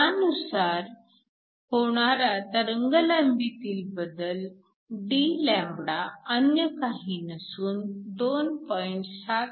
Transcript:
त्यानुसार होणारा तरंगलांबीतील बदल dλ अन्य काही नसून 2